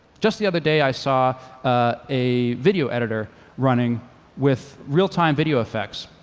just the other day i saw a video editor running with real time video effects.